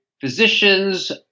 physicians